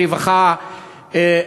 ברווחה,